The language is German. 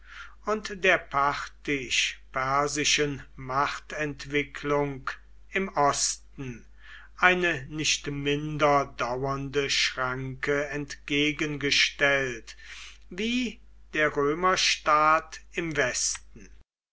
und der parthisch persischen machtentwicklung im osten eine nicht minder dauernde schranke entgegengestellt wie der römerstaat im westen